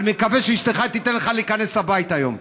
אני מקווה שאשתך תיתן לך להיכנס הביתה היום.